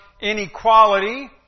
inequality